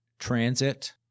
transit